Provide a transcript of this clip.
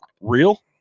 real